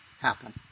happen